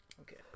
okay